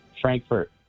Frankfurt